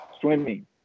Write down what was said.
swimming